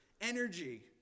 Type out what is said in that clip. energy